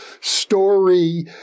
story